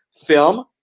film